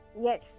Yes